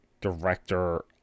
Director